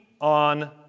on